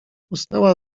usnęła